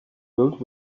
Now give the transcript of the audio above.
filled